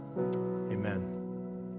amen